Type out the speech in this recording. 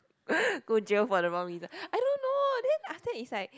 go jail for the wrong reason I don't know then after that it's like